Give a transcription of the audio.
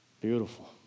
Beautiful